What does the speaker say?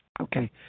Okay